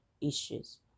issues